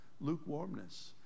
lukewarmness